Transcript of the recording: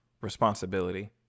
responsibility